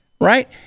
Right